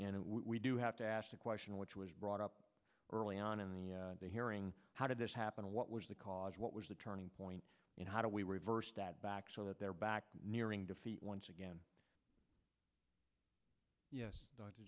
and we do have to ask the question which was brought up early on in the hearing how did this happen and what was the cause what was the turning point in how do we reverse that back so that they're back nearing defeat once again